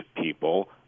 people